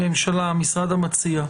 הממשלה, המשרד המציע,